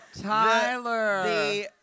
Tyler